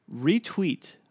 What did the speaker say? Retweet